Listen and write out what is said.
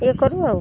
ଇଏ କରୁ ଆଉ